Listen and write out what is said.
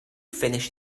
finish